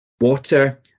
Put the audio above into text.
water